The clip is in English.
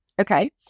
Okay